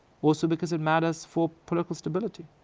also because it matters for political stability.